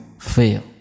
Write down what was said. fail